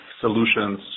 solutions